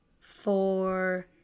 four